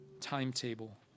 timetable